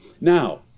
Now